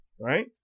right